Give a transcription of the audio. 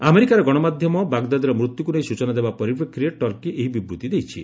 ଆମେରିକାର ଗଣମାଧ୍ୟମ ବାଗ୍ଦାଦିର ମୃତ୍ୟୁକୁ ନେଇ ସ୍ଚନା ଦେବା ପରିପ୍ରେକ୍ଷୀରେ ଟର୍କି ଏହି ବିବୃତ୍ତି ଦେଇଛି